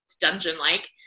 dungeon-like